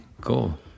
cool